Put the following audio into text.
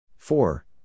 Four